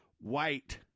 white